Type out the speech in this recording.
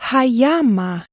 Hayama